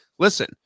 listen